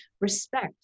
respect